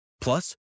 Plus